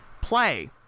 play